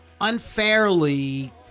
unfairly